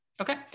Okay